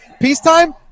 peacetime